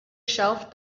shelf